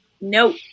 nope